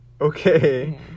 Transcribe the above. Okay